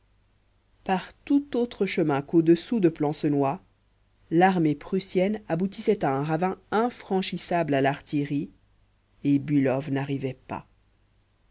par tout autre chemin quau dessous de plancenoit l'armée prussienne aboutissait à un ravin infranchissable à l'artillerie et bülow n'arrivait pas